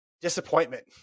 disappointment